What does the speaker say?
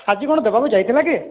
ଆଜି କ'ଣ ଦେବାକୁ ଯାଇଥିଲା କି